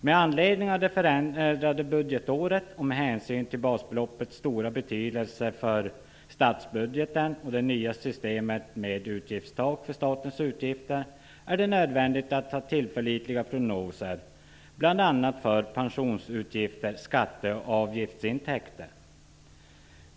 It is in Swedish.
Med anledning av det förändrade budgetåret och med hänsyn till basbeloppets stora betydelse för statsbudgeten och det nya systemet med utgiftstak för statens utgifter, är det nödvändigt att ha tillförlitliga prognoser bl.a. för pensionsutgifter, skatte och avgiftsintäkter.